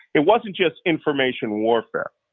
it wasn't just information warfare,